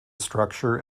structure